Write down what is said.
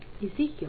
Ezekiel